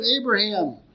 Abraham